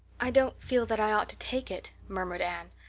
i don't feel that i ought to take it, murmured anne.